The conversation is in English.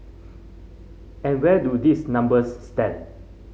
and where do these numbers stand